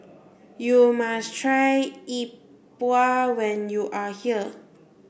you must try Yi Bua when you are here